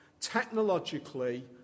technologically